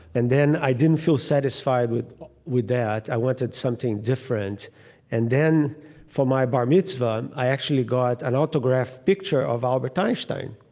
and then i didn't feel satisfied with with that. i wanted something different and then for my bar mitzvah, i actually got an autographed picture of albert einstein,